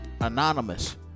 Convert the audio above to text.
anonymous